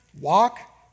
walk